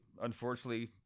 unfortunately